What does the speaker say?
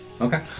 Okay